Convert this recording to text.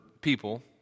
people